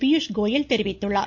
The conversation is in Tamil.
பியூஷ்கோயல் தெரிவித்துள்ளார்